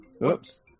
Whoops